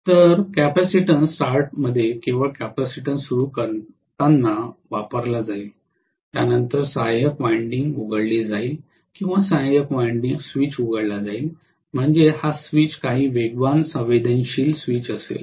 तर कॅपेसिटन्स स्टार्टमध्ये केवळ कॅपेसिटन्स सुरू करताना वापरला जाईल त्यानंतर सहाय्यक वायंडिंग उघडली जाईल किंवा सहायक वायंडिंग स्विच उघडला जाईल म्हणजेच हा स्विच काही वेगवान संवेदनशील स्विच असेल